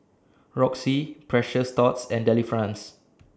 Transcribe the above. Roxy Precious Thots and Delifrance